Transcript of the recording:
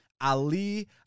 Ali